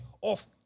off